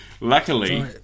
luckily